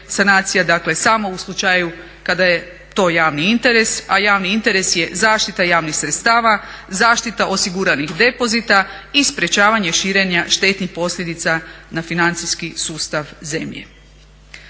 dakle samo u slučaju kada je to javni interes, a javni interes je zaštita javnih sredstava, zaštita osiguranih depozita i sprečavanje širenja štetnih posljedica na financijski sustav zemlje.